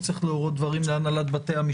פה אתם צריכים לדבר עם משרד הבריאות,